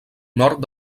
nord